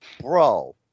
Bro